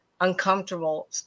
uncomfortable